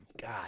God